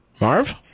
Marv